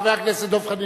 חבר הכנסת דב חנין.